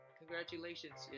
congratulations